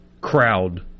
crowd